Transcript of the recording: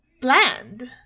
bland